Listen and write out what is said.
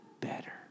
better